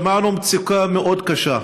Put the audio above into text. שמענו על מצוקה מאוד קשה,